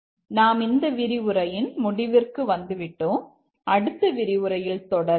நாம் இந்த விரிவுரையின் முடிவிற்கு வந்துவிட்டோம் அடுத்த விரிவுரையில் தொடரலாம்